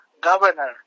governor